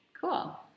Cool